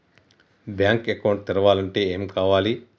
Bank account తెరవాలంటే ఏమేం కావాలి?